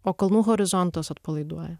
o kalnų horizontas atpalaiduoja